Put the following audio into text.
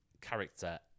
character